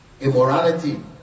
immorality